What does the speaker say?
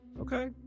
Okay